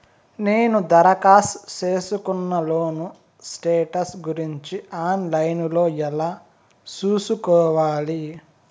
నేను దరఖాస్తు సేసుకున్న లోను స్టేటస్ గురించి ఆన్ లైను లో ఎలా సూసుకోవాలి?